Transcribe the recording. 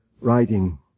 writing